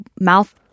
mouth